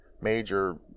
major